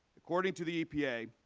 according to the epa,